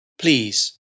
Please